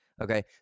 Okay